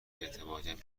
اعتباریم